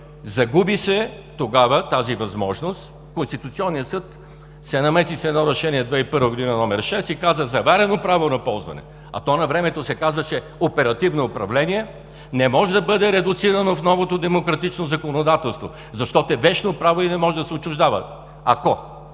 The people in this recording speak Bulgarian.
Загуби се тогава тази възможност. Конституционният съд се намеси с едно Решение № 6 от 2001 г. и каза: „заварено право на ползване“, а то навремето се казваше „оперативно управление“, не може да бъде редуцирано в новото демократично законодателство, защото е вещно право и не може да се отчуждава. Ако